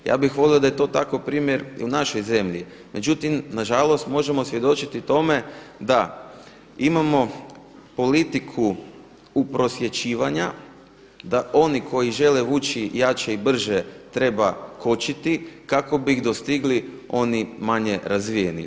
Ja bih volio da je to tako primjer i u našoj zemlji, međutim, nažalost možemo svjedočiti tome da imamo politiku uprosječivanja, da oni koji žele ući jače i brže treba kočiti kako bi ih dostigli oni manje razvijeni.